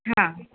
हां